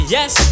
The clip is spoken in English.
Yes